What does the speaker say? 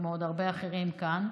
כמו עוד הרבה אחרים כאן,